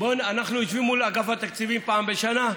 אנחנו יושבים מול אגף התקציבים פעם בשנה,